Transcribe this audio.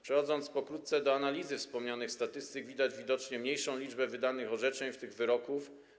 Przechodząc pokrótce do analizy wspomnianych statystyk, powiem, że widać widocznie mniejszą liczbę wydanych orzeczeń, w tym wyroków.